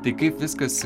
tai kaip viskas